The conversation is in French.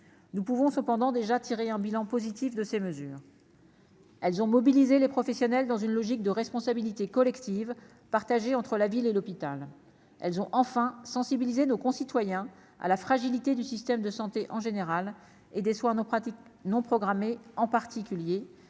nous pouvons cependant déjà tiré un bilan positif de ces mesures. Elles ont mobilisé les professionnels dans une logique de responsabilité collective, partagée entre la ville et l'hôpital, elles ont enfin sensibiliser nos concitoyens à la fragilité du système de santé en général et des soirs nos pratiques non programmés en particulier